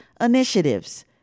initiatives